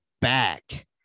back